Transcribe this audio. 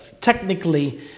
technically